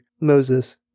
Moses